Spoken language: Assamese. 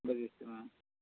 বুজিছোঁ অ